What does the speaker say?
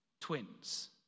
twins